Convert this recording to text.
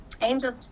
Angel